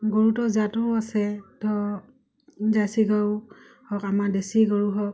গৰুটো জাতো আছে তো জাৰ্চি গৰু হওক আমাৰ দেচী গৰু হওক